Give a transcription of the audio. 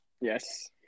Yes